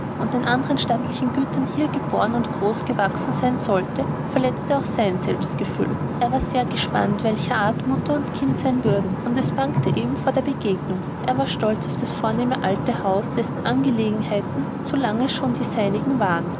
und all den andern stattlichen gütern hier geboren und groß gewachsen sein sollte verletzte auch sein selbstgefühl er war sehr gespannt welcher art mutter und kind sein würden und es bangte ihm vor der begegnung er war stolz auf das vornehme alte haus dessen angelegenheiten so lange schon die seinigen waren